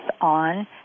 on